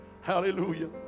Hallelujah